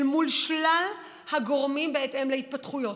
אל מול כל הגורמים בהתאם להתפתחויות.